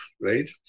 right